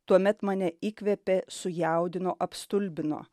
tuomet mane įkvėpė sujaudino apstulbino